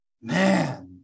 man